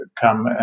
come